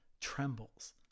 trembles